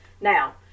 Now